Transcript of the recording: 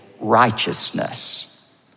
righteousness